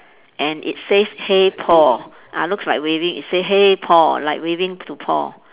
and it says hey Paul ah looks like waving it say hey Paul like waving to Paul